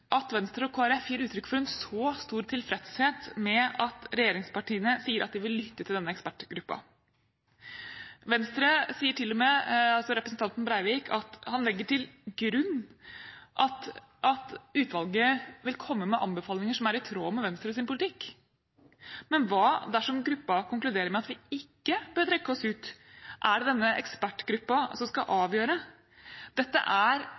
at Venstre og Kristelig Folkeparti gir uttrykk for en så stor tilfredshet med at regjeringspartiene sier at de vil lytte til denne ekspertgruppen. Representanten Breivik fra Venstre sier til og med at han legger til grunn at utvalget vil komme med anbefalinger som er i tråd med Venstres politikk. Men hva dersom gruppen konkluderer med at vi ikke bør trekke oss ut – er det denne ekspertgruppen som skal avgjøre det? Dette er